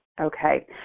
Okay